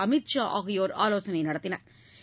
அமீத் ஷா ஆகியோர் ஆலோசனை நடத்தினா்